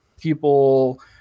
people